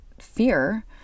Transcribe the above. fear